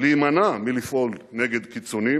להימנע מלפעול נגד קיצונים,